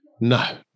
No